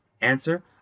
Answer